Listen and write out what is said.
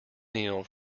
kneel